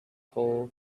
whole